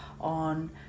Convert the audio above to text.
on